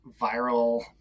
viral